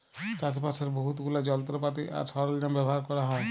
চাষবাসের বহুত গুলা যলত্রপাতি আর সরল্জাম ব্যাভার ক্যরা হ্যয়